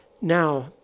Now